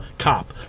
cop